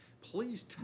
Please